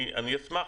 אני אשמח,